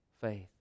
faith